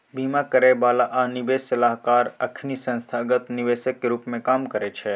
बीमा करइ बला आ निवेश सलाहकार अखनी संस्थागत निवेशक के रूप में काम करइ छै